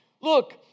Look